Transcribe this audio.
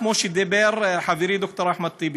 כמו שאמר חברי ד"ר אחמד טיבי,